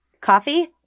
Coffee